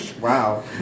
Wow